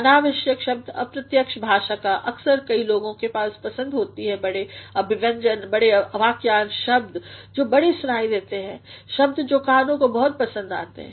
अनावश्यक प्रयोगअप्रत्यक्षभाषा का अक्सर कई लोगों के पास पसंद होती है बड़े अभिव्यंजन बड़े वाक्यांश शब्द जो बड़े सुनाई देते हैं शब्द जो कानों को बहुत पसंद आते हैं